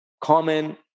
common